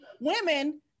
women